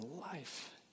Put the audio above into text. life